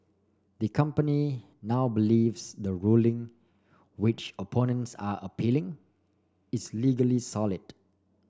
the company now believes the ruling which opponents are appealing is legally solid